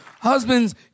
Husbands